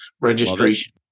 Registration